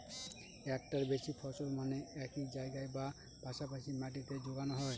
একটার বেশি ফসল যেখানে একই জায়গায় বা পাশা পাশি মাটিতে যোগানো হয়